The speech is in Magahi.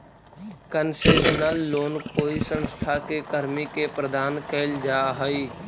कंसेशनल लोन कोई संस्था के कर्मी के प्रदान कैल जा हइ